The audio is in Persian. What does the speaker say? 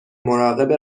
مراقب